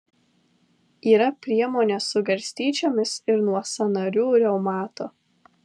yra priemonė su garstyčiomis ir nuo sąnarių reumato